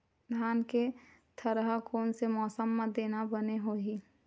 धान के थरहा कोन से मौसम म देना बने होही?